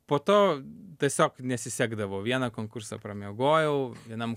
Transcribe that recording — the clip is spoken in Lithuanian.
po to tiesiog nesisekdavo vieną konkursą pramiegojau vienam